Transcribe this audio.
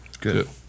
Good